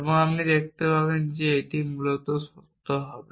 এবং আপনি দেখতে পাবেন যে এটি মূলত সত্য হবে